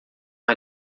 uma